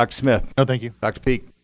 like smith. no, thank you. dr.